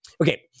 okay